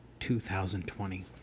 2020